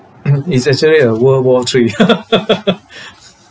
it's actually a world war three